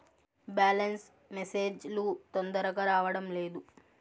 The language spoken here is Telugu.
బ్యాలెన్స్ మెసేజ్ లు తొందరగా రావడం లేదు?